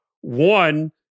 one